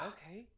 Okay